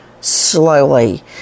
slowly